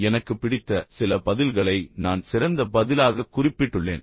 எனக்கு பிடித்த சில பதில்களை நான் சிறந்த பதிலாகக் குறிப்பிட்டுள்ளேன்